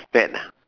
fat ah